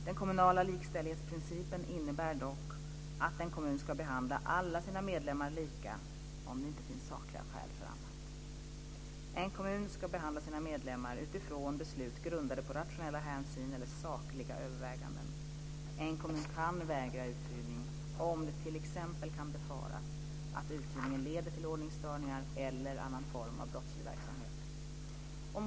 Den kommunala likställighetsprincipen innebär dock att en kommun ska behandla alla sina medborgare lika om det inte finns sakliga skäl för annat. En kommun ska behandla sina medborgare utifrån beslut grundade på rationella hänsyn eller sakliga överväganden. En kommun kan vägra uthyrning om det t.ex. kan befaras att uthyrningen leder till ordningsstörningar eller annan form av brottslig verksamhet.